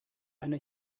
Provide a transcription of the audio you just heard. einer